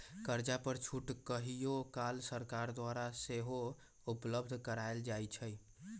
कर्जा पर छूट कहियो काल सरकार द्वारा सेहो उपलब्ध करायल जाइ छइ